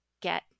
get